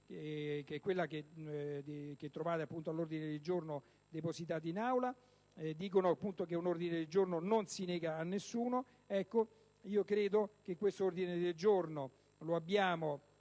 Scotti, recepita nell'ordine del giorno depositato in Aula. Dicono che un ordine del giorno non si nega a nessuno! Ecco, io credo che questo ordine del giorno lo dobbiamo